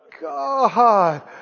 God